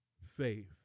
faith